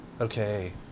Okay